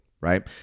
right